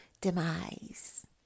demise